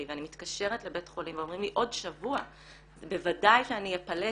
ואני מתקשרת לבית חולים ואומרים לי עוד שבוע בוודאי שאני אפלט,